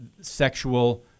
sexual